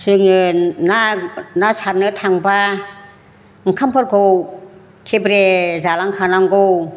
जोंङो ना सारनो थांबा ओंखामफोरखौ थेब्रे जालांखानांगौ